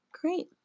Great